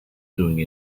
doing